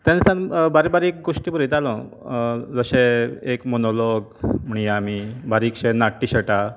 तेन्ना सान बारी बारीक गोष्टी बरयतालो जशें एक मोनोलाॅग म्हणया आमी बारीकशें नाट्यछटा